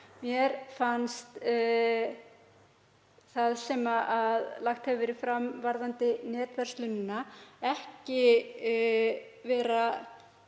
Mér fannst það sem lagt hefur verið fram varðandi netverslunina ekki vera